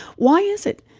why is it,